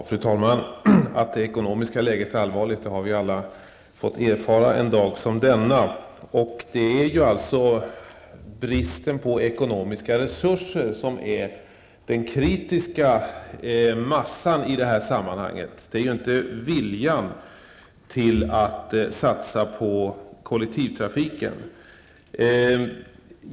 Fru talman! Att det ekonomiska läget är allvarligt har vi alla fått erfara just denna dag. Det är bristen på ekonomiska resurser som utgör den kritiska massan i det här sammanhanget, alltså inte viljan att satsa på kollektivtrafiken.